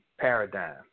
Paradigm